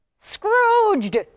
Scrooged